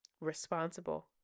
responsible